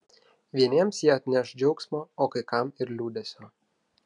vieniems jie atneš džiaugsmo o kai kam ir liūdesio